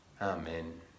Amen